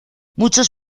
muchos